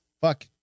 Fuck